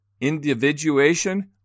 individuation